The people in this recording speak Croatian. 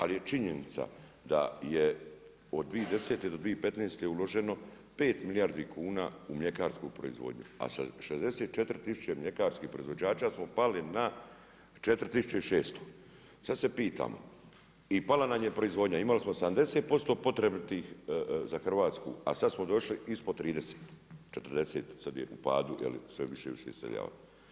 Ali je činjenica da je od 2010. do 2015. uloženo 5 milijardi kuna u mljekarsku proizvodnju, a sa 64 tisuće mljekarskih proizvođača smo pali na 4 tisuće i 600. sad se pitamo i pala nam je proizvodnja, imali smo 70% potrebitih za Hrvatsku, a sad smo došli ispod 30, 40, sad je u padu, je li sve više i više iseljava.